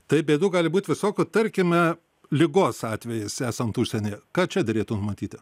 taip bėdų gali būti visokių tarkime ligos atvejis esant užsienyje ką čia derėtų numatyti